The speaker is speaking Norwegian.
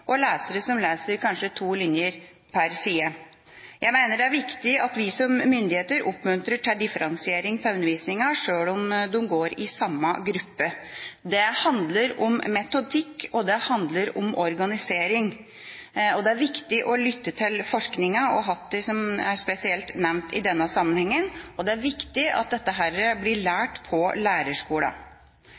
og lesere som kanskje leser to linjer per side. Jeg mener det er viktig at vi som myndighet oppmuntrer til differensiering av undervisningen, sjøl om de går i samme gruppe. Det handler om metodikk, og det handler om organisering. Det er viktig å lytte til forskningen og Hattie, som er spesielt nevnt i denne sammenheng, og det er viktig at dette blir lært på